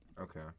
okay